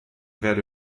werde